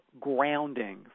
grounding